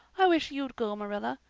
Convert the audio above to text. i wish you'd go, marilla.